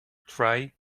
try